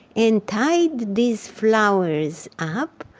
and tied these flowers up,